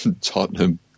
Tottenham